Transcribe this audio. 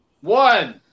one